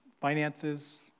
finances